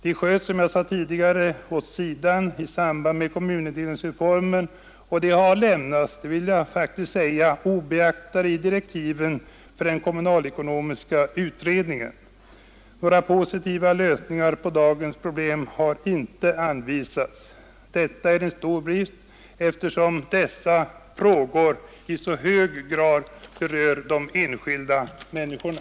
De sköts, som jag sade tidigare, åt sidan i samband med kommunindelningsreformen och — det vill jag framhålla — de har lämnats helt obeaktade i direktiven för den kommunalekonomiska utredningen. Några positiva lösningar på dagens problem har inte anvisats. Det är en stor brist, eftersom dessa problem i så hög grad angår de enskilda människorna.